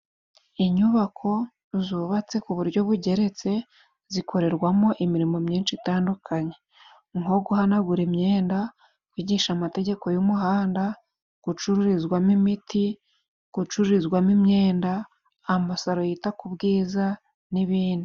Inyubako zubatse ku buryo bugeretse zikorerwamo imirimo myinshi itandukanye: nko guhanagura imyenda, kwigisha amategeko y'umuhanda, gucururizwamo imiti, gucururizwamo imyenda ,amasaro yita ku bwiza n'ibindi.